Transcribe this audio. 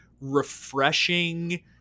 refreshing